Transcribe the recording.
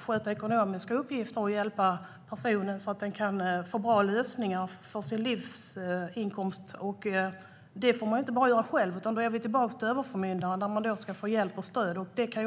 sköta ekonomiska uppgifter och hjälpa personer till bra lösningar i fråga om bland annat inkomst. Det får man inte göra själv, och då är vi tillbaka vid frågan om överförmyndaren. En god man ska få hjälp och stöd hos överförmyndaren.